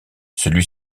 celui